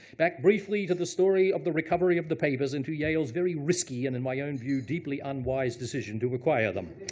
back, briefly, to the story of the recovery of the papers into yale's very risky, and in my own view, deeply unwise decision to acquire them.